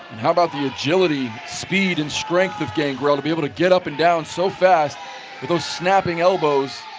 how about the agility speed and strength of gangrel to be able to get up and down so fast with those snapping elbows